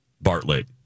Bartlett